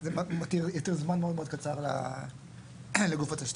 שזה יתיר זמן מאוד מאוד קצר לגוף התשתית.